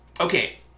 Okay